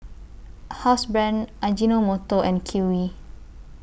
Housebrand Ajinomoto and Kiwi